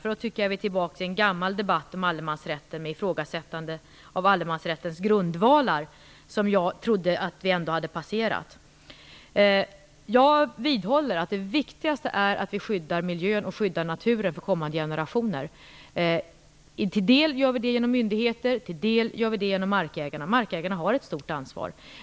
Vi är i så fall tillbaka i en gammal debatt om allemansrätten och ifrågasättande av allemansrättens grundvalar som jag trodde att vi hade passerat. Jag vidhåller att det viktigaste är att vi skyddar miljön och skyddar naturen för kommande generationer. Till del gör vi det genom myndigheter, till del gör vi det genom markägarna. Markägarna har ett stort ansvar.